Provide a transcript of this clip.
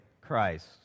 Christ